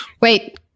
wait